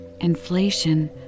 Inflation